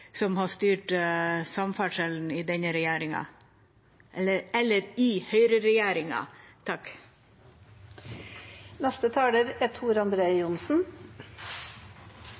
som har styrt samferdselen i høyreregjeringa.